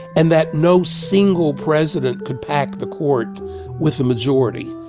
and that no single president could pack the court with the majority.